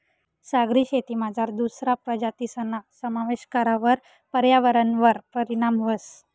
सागरी शेतीमझार दुसरा प्रजातीसना समावेश करावर पर्यावरणवर परीणाम व्हस